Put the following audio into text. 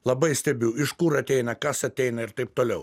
labai stebiu iš kur ateina kas ateina ir taip toliau